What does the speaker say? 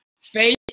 Face